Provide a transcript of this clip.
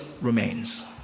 remains